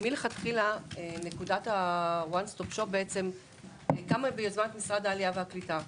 מלכתחילה נקודת ה-one stop shop קמה ביוזמת משרד העלייה והקליטה.